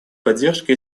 поддержки